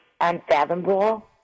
unfathomable